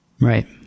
Right